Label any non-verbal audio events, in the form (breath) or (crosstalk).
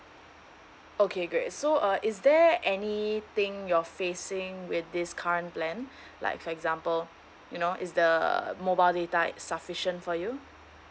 okay great so uh is there anything you're facing with this current plan (breath) like for example you know is the mobile data sufficient for you